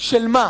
של מה?